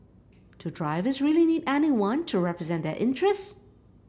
do drivers really need anyone to represent their interests